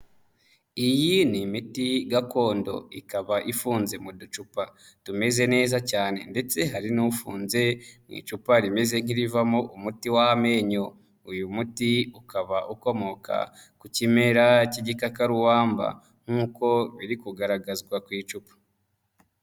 Iyi ni imiti gakondo ikaba ifunze mu ducupa tumeze neza cyane ndetse hari n'ufunze mu icupa rimeze nk'irivamo umuti w'amenyo, uyu muti ukaba ukomoka ku kimera cy'igikakarubamba nk'uko biri kugaragazwa ku icupa.